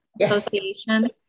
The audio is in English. association